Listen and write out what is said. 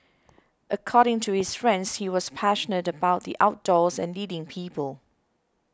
according to his friends he was passionate about the outdoors and leading people